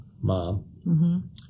mom